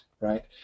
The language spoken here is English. right